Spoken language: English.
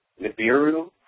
Nibiru